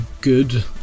good